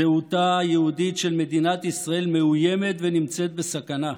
זהותה היהודית של מדינת ישראל מאוימת ונמצאת בסכנה.